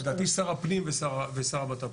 לדעתי שר הפנים ושר הבט"פ.